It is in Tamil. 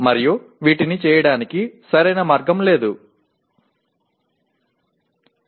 மேலும் விஷயங்களைச் செய்வதற்கு சரியான வழி என்று ஒன்றும் இல்லை